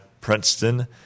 Princeton